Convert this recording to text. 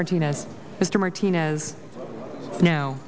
martinez mr martinez now